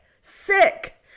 Sick